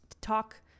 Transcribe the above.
talk